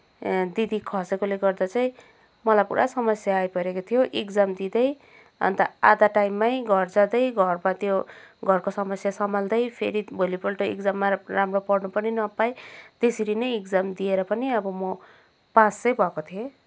दिदी खसेकोले गर्दा चाहिँ मलाई पुरा समस्या आइपरेको थियो एक्जाम दिँदै अन्त आधा टाइममै घर जाँदै घरमा त्यो घरको समस्या सम्हाल्दै फेरि भोलिपल्ट एक्जाममा आएर राम्रो पढ्न पनि नपाइ त्यसरी नै एक्जाम दिएर पनि अब म पास चाहिँ भएको थिएँ